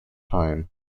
time